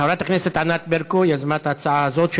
חברת הכנסת ענת ברקו יזמה את ההצעה הזאת של